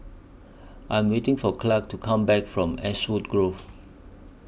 I Am waiting For Clark to Come Back from Ashwood Grove